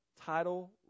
title